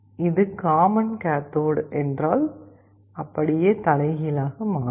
இது common cathode என்றால் இது தலைகீழாக மாறும்